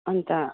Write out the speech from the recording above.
अन्त